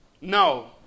No